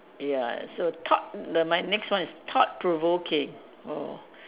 ya so thought the my next one is thought provoking or